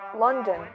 London